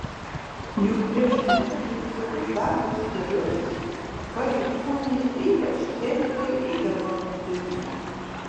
juk prieš siunčiant į visokius darbus karius pareigūnai ypač chemikai eidavo pirmi